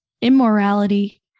immorality